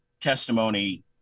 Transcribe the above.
testimony